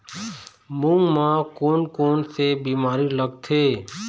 मूंग म कोन कोन से बीमारी लगथे?